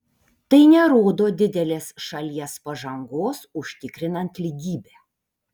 tai nerodo didelės šalies pažangos užtikrinant lygybę